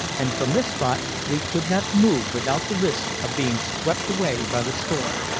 and from this spot we could not move without the risk of being swept away by the storm.